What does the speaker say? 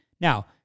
Now